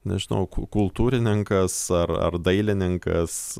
nežinau ku kultūrininkas ar ar dailininkas